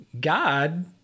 God